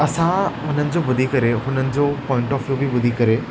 असां उन्हनि जो ॿुधी करे उन्हनि जो पॉइंट ऑफ व्यू ॿुधी करे